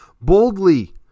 boldly